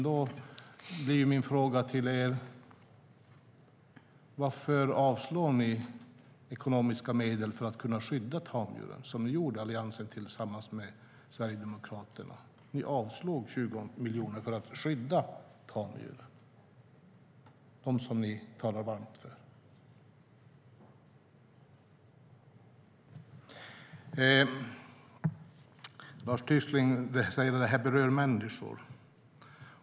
Då blir min fråga till er: Varför avslår ni förslag om ekonomiska medel för att kunna skydda tamdjuren? Alliansen tillsammans med Sverigedemokraterna avslog förslag om 20 miljoner för att skydda tamdjur som ni talar varmt för. Lars Tysklind säger att detta berör människor.